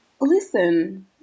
listen